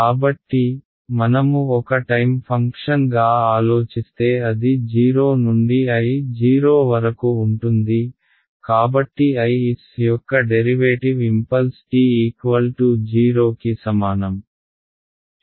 కాబట్టి మనము ఒక టైమ్ ఫంక్షన్గా ఆలోచిస్తే అది 0 నుండి I 0 వరకు ఉంటుంది కాబట్టి I s యొక్క డెరివేటివ్ ఇంపల్స్ t 0 కి సమానం